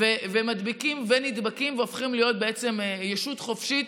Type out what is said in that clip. ומדביקים ונדבקים והופכים להיות בעצם ישות חופשית,